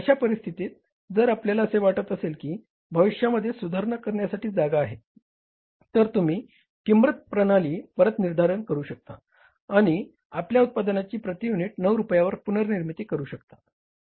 अशा परिस्थितीत जर आपल्याला असे वाटत असेल की भविष्यामध्ये सुधारणा करण्यासाठी जागा आहे तर तुम्ही किंमत प्रणाली परत निर्धारण करू शकता आणि आपल्या उत्पादनाची प्रति युनिट 9 रूपयावर पुनर्निर्मिती करू शकता